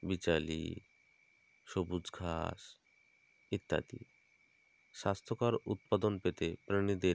বিচালি সবুজ ঘাস ইত্যাদি স্বাস্থ্যকর উৎপাদন পেতে প্রাণীদের